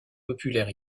populaire